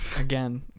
again